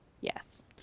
Yes